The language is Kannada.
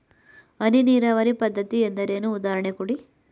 ಹನಿ ನೀರಾವರಿ ಪದ್ಧತಿ ಎಂದರೇನು, ಉದಾಹರಣೆ ಕೊಡಿ?